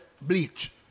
bleach